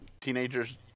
teenagers